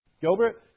Gilbert